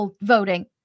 voting